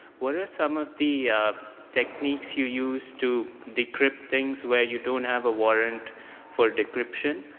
what are some of the techniques you use to decrypt things where you don't have a warrant for decryption?